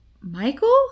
Michael